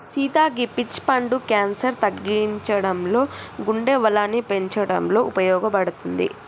సీత గీ పీచ్ పండు క్యాన్సర్ తగ్గించడంలో గుండె బలాన్ని పెంచటంలో ఉపయోపడుతది